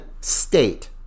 state